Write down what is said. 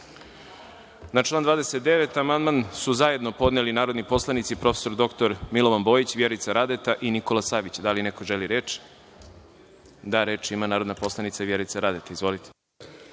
član 54. amandman su zajedno podneli narodni poslanici prof. dr Milovan Bojić, Vjerica Radeta i Dubravko Bojić. Da li neko želi reč? Reč ima narodni poslanik Vjerica Radeta. Izvolite.